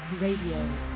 Radio